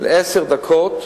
עשר דקות,